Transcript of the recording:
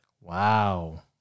Wow